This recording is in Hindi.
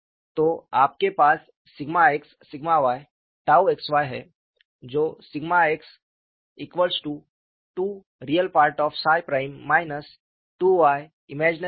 तो आपके पास σx σy 𝝉xy है जो σx2Re𝜳′ 2yIm𝜳″ ReY